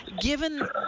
given